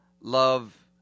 love